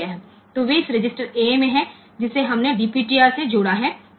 તેથી તેઓ આ એક રજિસ્ટરમાં હોય છે અને DPTR માં તે ઉમેરવામાં આવે છે